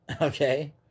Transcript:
Okay